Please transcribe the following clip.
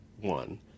one